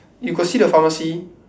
you got see the pharmacy